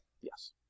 Yes